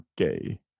Okay